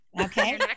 okay